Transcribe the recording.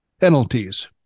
penalties